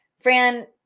Fran